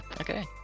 Okay